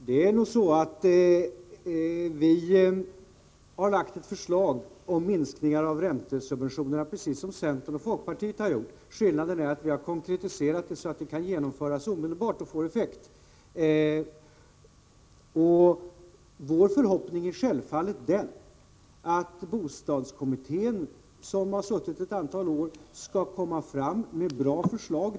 Herr talman! Vi har lagt fram ett förslag om minskningar av räntesubventionerna, precis som centern och folkpartiet har gjort. Skillnaden är att vi har konkretiserat förslaget, så att det kan genomföras omedelbart och få effekt. Vår förhoppning är självfallet att bostadskommittén, som har arbetat ett antal år, skall komma med bra förslag.